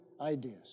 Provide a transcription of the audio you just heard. ideas